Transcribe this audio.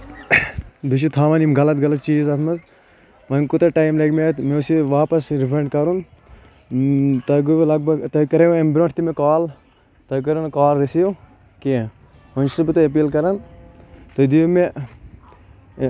بیٚیہِ چھِو تھاوان یِم غلط غلط چیٖز اَتھ منٛز وۄنۍ کوٗتاہ ٹایم لگہِ مےٚ اَتھ مےٚ اوس یہِ واپَس رِفنٛڈ کَرُن تۄہہِ گٔیوٕ لگ بگ تۄہہِ کَریاو اَمہِ برونٹھ تہِ مےٚ کال تۄہہِ کٔروٕ نہٕ کال رسیٖو کیٚنٛہہ وۄنۍ چھُس بہٕ تۄہہِ أپیٖل کَران تُہۍ دِیِو مےٚ